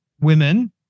women